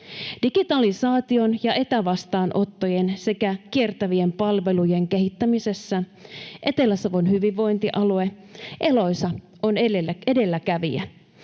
Digitalisaation ja etävastaanottojen sekä kiertävien palvelujen kehittämisessä Etelä-Savon hyvinvointialue, Eloisa, on edelläkävijä.